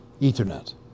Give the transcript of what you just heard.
Ethernet